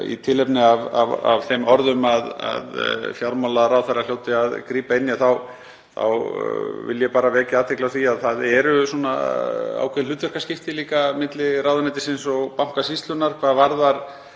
í tilefni af þeim orðum að fjármálaráðherra hljóti að grípa inn í þá vil ég bara vekja athygli á því að það eru ákveðin hlutverkaskipti líka milli ráðuneytisins og Bankasýslunnar hvað varðar